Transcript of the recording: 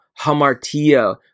hamartia